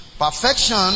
Perfection